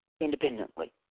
independently